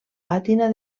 pàtina